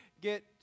get